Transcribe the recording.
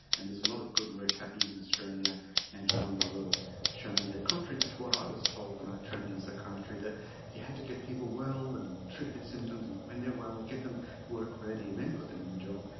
and there's a lot of good work happening in australia and around the world showing that contrary to what i was told when i trained in psychiatry, that you had to get people well and treat their symptoms and when they are well get them work-ready and then put them in the job,